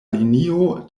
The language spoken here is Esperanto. linio